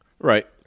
Right